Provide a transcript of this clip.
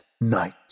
night